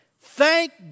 Thank